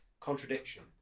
Contradiction